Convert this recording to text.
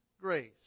grace